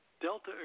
Delta